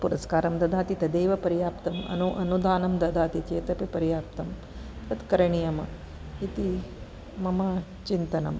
पुरस्कारं ददाति तदेव पर्याप्तम् अनु अनुदानं ददाति चेदपि तदेव पर्याप्तं तत् करणीयम् इति मम चिन्तनं